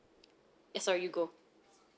yes sorry you go